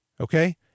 Okay